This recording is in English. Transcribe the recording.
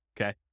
okay